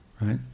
right